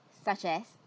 such as